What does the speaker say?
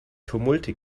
tumulte